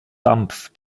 dampf